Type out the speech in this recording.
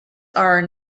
are